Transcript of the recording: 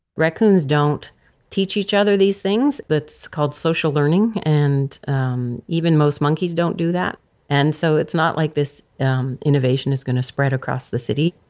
raccoons don't teach each other these things. that's called social learning. and um even most monkeys don't do that and so it's not like this um innovation is going to spread across the city.